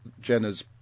Jenna's